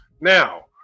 Now